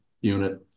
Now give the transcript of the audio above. unit